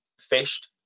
fished